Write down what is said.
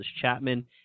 Chapman